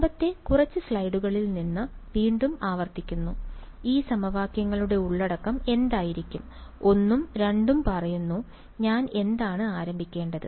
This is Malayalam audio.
മുമ്പത്തെ കുറച്ച് സ്ലൈഡുകളിൽ നിന്ന് വീണ്ടും ആവർത്തിക്കുന്നു ഈ സമവാക്യങ്ങളുടെ ഉള്ളടക്കം എന്തായിരിക്കും 1 ഉം 2 ഉം പറയുന്നു ഞാൻ എന്താണ് ആരംഭിക്കേണ്ടത്